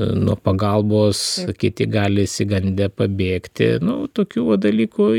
nuo pagalbos kiti gali išsigandę pabėgti nu tokių va dalykų